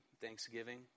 thanksgiving